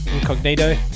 Incognito